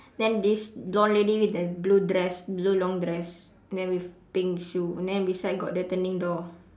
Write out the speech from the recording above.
then this blonde lady with the blue dress blue long dress and then with pink shoe and then beside got the turning door